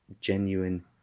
genuine